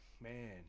Man